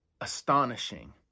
astonishing